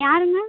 யாருங்க